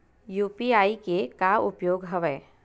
UPI के का उपयोग हवय?